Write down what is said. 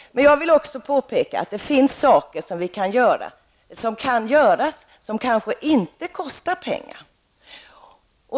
Jag vill också påpeka att det finns saker som kan göras och som kanske inte kostar pengar.